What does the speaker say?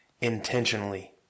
intentionally